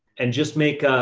and just make a,